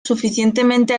suficientemente